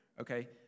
okay